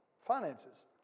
finances